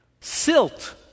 silt